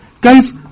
guys